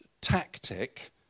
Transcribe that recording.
tactic